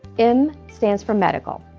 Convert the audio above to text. m stands for medical.